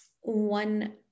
one